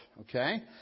Okay